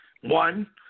One